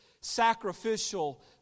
sacrificial